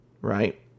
right